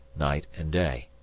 night and day.